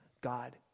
God